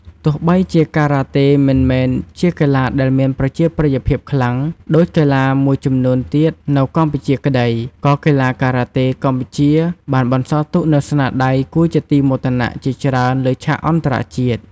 ទោះបីជាការ៉ាតេមិនមែនជាកីឡាដែលមានប្រជាប្រិយភាពខ្លាំងដូចកីឡាមួយចំនួនទៀតនៅកម្ពុជាក្ដី ក៏កីឡាករការ៉ាតេកម្ពុជាបានបន្សល់ទុកនូវស្នាដៃគួរជាទីមោទនៈជាច្រើនលើឆាកអន្តរជាតិ។។